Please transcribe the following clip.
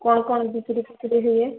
କଣ କ'ଣ ବିକ୍ରିଫିକ୍ରି ହୁଏ